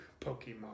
Pokemon